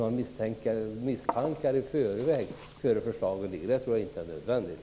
Att ha misstankar i förväg, innan förslagen läggs fram, är inte nödvändigt.